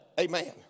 amen